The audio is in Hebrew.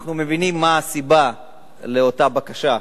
אנחנו מבינים מה הסיבה לאותה בקשה,